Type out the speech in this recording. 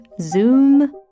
Zoom